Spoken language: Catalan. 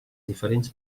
diferents